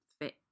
fit